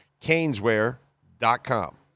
Caneswear.com